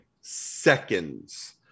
Seconds